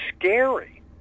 scary